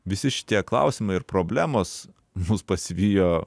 visi šitie klausimai ir problemos mus pasivijo